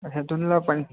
अच्छा धुंधलापन